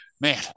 man